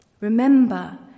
Remember